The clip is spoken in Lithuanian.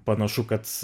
panašu kad